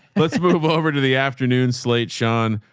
let's move over to the afternoon. slate, sean,